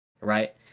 right